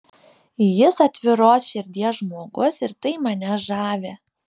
jis atviros širdies žmogus ir tai mane žavi